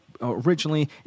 Originally